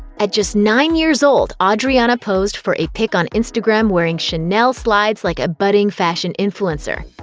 at just nine years old, audriana posed for a pic on instagram wearing chanel slides like a budding fashion influencer.